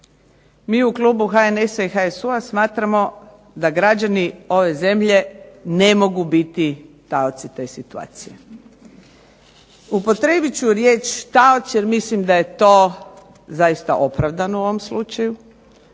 mi u klubu HNS-a i HSU-a smatramo da građani ove zemlje ne mogu biti taoci te situacije. Upotrijebit ću riječ taoci jer mislim da je to zaista opravdano u ovom slučaju,